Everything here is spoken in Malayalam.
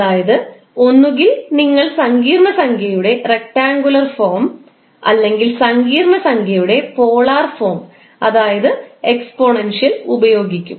അതായത് ഒന്നുകിൽ നിങ്ങൾ സങ്കീർണ്ണ സംഖ്യയുടെ റക്റ്റാങ്കുലർ ഫോം അല്ലെങ്കിൽ സങ്കീർണ്ണ സംഖ്യയുടെ പോളാർ ഫോം അതായത് എക്സ്പോണൻഷ്യൽ ഉപയോഗിക്കും